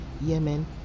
yemen